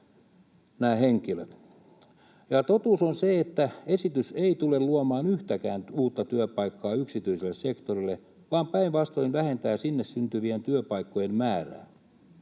olemassa töissä? Totuus on se, että esitys ei tule luomaan yhtäkään uutta työpaikkaa yksityiselle sektorille vaan päinvastoin vähentää sinne syntyvien työpaikkojen määrää.